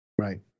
Right